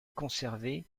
conservé